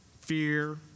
fear